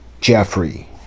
Jeffrey